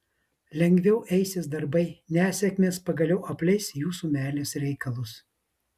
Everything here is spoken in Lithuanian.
lengviau eisis darbai nesėkmės pagaliau apleis jūsų meilės reikalus